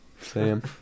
Sam